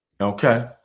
Okay